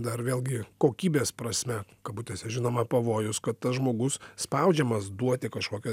dar vėlgi kokybės prasme kabutėse žinoma pavojus kad tas žmogus spaudžiamas duoti kažkokią